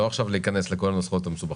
לא עכשיו להיכנס לכל הנוסחאות המסובכות.